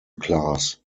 class